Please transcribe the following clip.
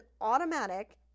automatic